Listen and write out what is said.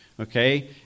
Okay